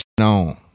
on